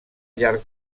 llarg